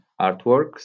artworks